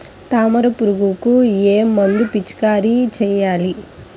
తామర పురుగుకు ఏ మందు పిచికారీ చేయాలి?